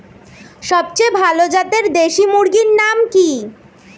সবচেয়ে ভালো জাতের দেশি মুরগির নাম কি?